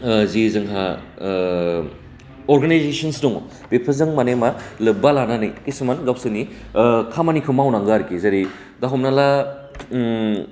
ओ जि जोंहा ओ अरगेनाइजेसन्स दङ बेफोरजों माने मा लोब्बा लानानै किसुमान गावसोरनि खामानिखो मावनांगो आरखि जेरै दा हमना ला